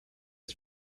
its